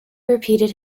repeated